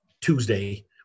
Tuesday